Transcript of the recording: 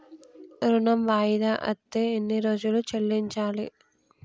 ఋణం వాయిదా అత్తే ఎన్ని రోజుల్లో చెల్లించాలి?